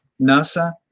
NASA